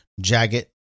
Jagged